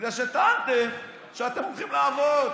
בגלל שטענתם שאתם הולכים לעבוד.